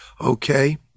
Okay